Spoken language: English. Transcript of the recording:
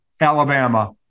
Alabama